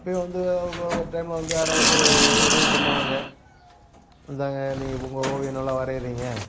அப்போயும் வந்து ஒரு டைம்ல வந்து யாரோ ஒருத்தர் உதவி பண்ணுவாங்கள் இந்தாங்க நீங்கள் உங்கள் ஓவியம் நல்லா வரைகிறீங்க